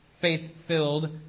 faith-filled